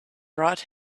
brought